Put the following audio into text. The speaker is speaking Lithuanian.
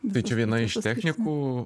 tai čia viena iš technikų